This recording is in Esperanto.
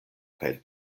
kaj